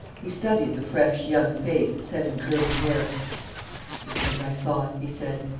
he studied the fresh, young face set in curly hair it's as i thought, he said.